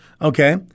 Okay